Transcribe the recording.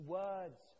words